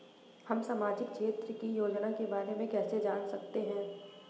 हम सामाजिक क्षेत्र की योजनाओं के बारे में कैसे जान सकते हैं?